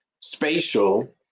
spatial